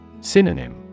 Synonym